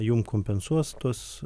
jum kompensuos tuos